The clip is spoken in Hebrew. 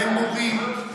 והם מורים,